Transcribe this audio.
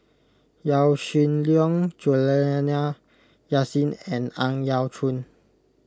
Yaw Shin Leong Juliana Yasin and Ang Yau Choon